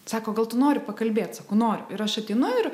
sako gal tu nori pakalbėt sakau noriu ir aš ateinu ir